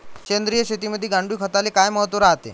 सेंद्रिय शेतीमंदी गांडूळखताले काय महत्त्व रायते?